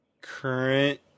current